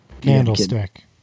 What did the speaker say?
Candlestick